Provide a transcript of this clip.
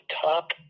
top